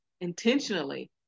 intentionally